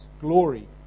glory